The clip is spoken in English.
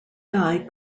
guy